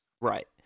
Right